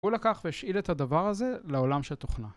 הוא לקח והשאיל את הדבר הזה לעולם של תוכנה.